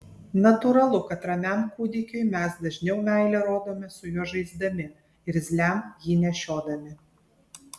natūralu kad ramiam kūdikiui mes dažniau meilę rodome su juo žaisdami irzliam jį nešiodami